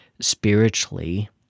spiritually